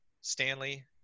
Stanley